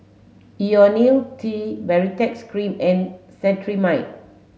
Ionil T Baritex cream and Cetrimide